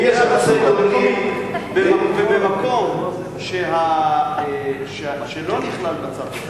ובמקום שלא נכלל בצו,